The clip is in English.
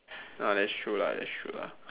ah that's true lah that's true lah